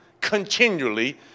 continually